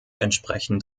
entsprechend